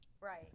Right